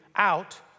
out